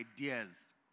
ideas